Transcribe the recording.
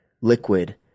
liquid